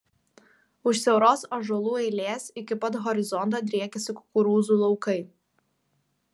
už siauros ąžuolų eilės iki pat horizonto driekiasi kukurūzų laukai